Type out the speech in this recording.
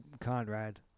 Conrad